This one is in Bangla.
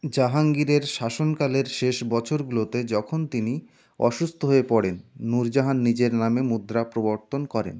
জাহাঙ্গীরের শাসনকালের শেষ বছরগুলোতে যখন তিনি অসুস্থ হয়ে পড়েন নূরজাহান নিজের নামে মুদ্রা প্রবর্তন করেন